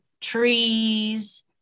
trees